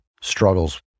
struggles